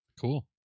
Cool